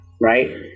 right